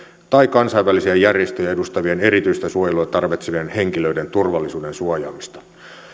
tai kansainvälisiä järjestöjä edustavien erityistä suojelua tarvitsevien henkilöiden turvallisuuden suojaamista